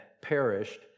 perished